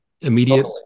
immediate